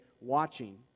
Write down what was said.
watching